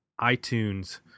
iTunes